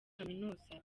kaminuza